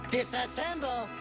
Disassemble